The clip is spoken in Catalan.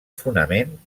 fonament